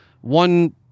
one